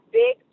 big